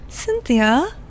Cynthia